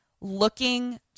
looking